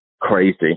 crazy